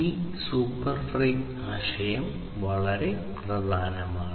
ഈ super frame ആശയം വളരെ പ്രധാനമാണ്